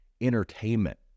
entertainment